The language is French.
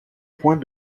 point